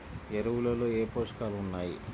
ఎరువులలో ఏ పోషకాలు ఉన్నాయి?